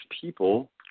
people